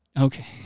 Okay